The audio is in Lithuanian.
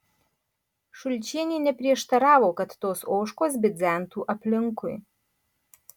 šulčienė neprieštaravo kad tos ožkos bidzentų aplinkui